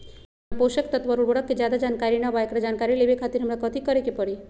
हमरा पोषक तत्व और उर्वरक के ज्यादा जानकारी ना बा एकरा जानकारी लेवे के खातिर हमरा कथी करे के पड़ी?